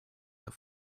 that